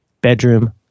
bedroom